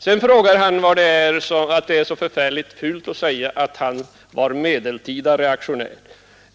Sedan tycker han att det var så fult av mig att säga att han är medeltida reaktionär.